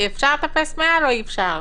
ניילון אפשר לטפס מעל או אי אפשר?